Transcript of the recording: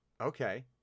Okay